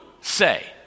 say